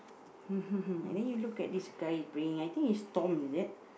then you look at this guy bringing I think he's Tom is it